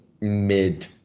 mid